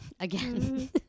Again